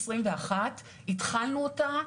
התחלנו אותה,